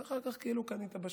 אז אחר כך זה כאילו קנית בשוק.